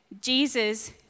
Jesus